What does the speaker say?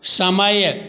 समय